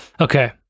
Okay